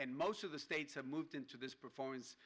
and most of the states have moved into this performance